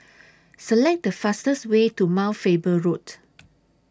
Select The fastest Way to Mount Faber Road